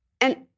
And-